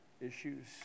issues